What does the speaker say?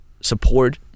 support